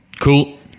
Cool